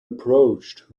approached